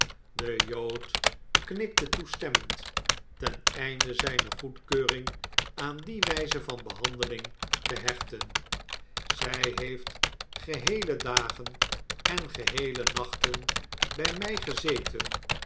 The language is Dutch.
de jood knikte toestemmend ten einde zijne goedkeuring aan die wijze van behandeling te hechten zij heeft geheele dagen en geheele nachten bij mij gezeten